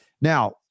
Now